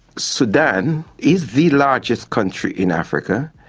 sudan is the largest country in africa.